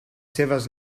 seves